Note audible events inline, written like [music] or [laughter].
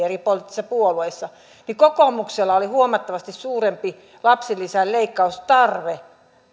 [unintelligible] eri poliittisissa puolueissa niin kokoomuksella oli huomattavasti suurempi lapsilisän leikkaustarve